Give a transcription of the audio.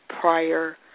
prior